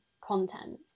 content